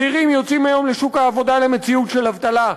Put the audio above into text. צעירים יוצאים היום לשוק העבודה למציאות של אבטלה,